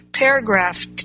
Paragraph